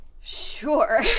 Sure